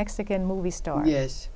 mexican movie story is